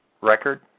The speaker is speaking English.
record